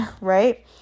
right